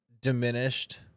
diminished